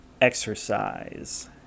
exercise